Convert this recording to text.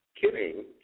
kidding